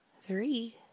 three